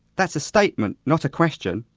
that's a statement, not a question',